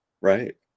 Right